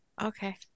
Okay